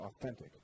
authentic